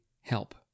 help